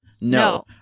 No